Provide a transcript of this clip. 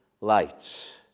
lights